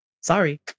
Sorry